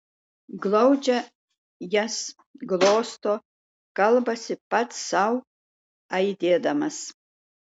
glaudžia jas glosto kalbasi pats sau aidėdamas